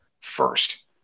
first